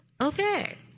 Okay